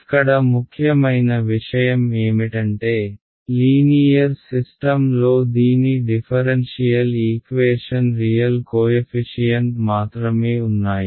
ఇక్కడ ముఖ్యమైన విషయం ఏమిటంటే లీనీయర్ సిస్టమ్ లో దీని డిఫరెన్షియల్ ఈక్వేషన్ రియల్ కోయఫిషియన్ట్ మాత్రమే ఉన్నాయి